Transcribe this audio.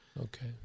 Okay